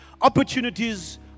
Opportunities